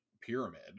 pyramid